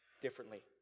differently